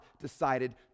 decided